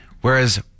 Whereas